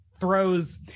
throws